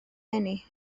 eni